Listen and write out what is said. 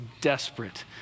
desperate